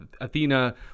Athena